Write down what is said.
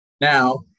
Now